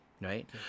Right